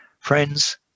Friends